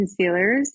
concealers